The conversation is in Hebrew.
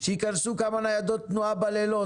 שייכנסו כמה ניידות תנועה בלילות.